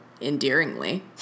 endearingly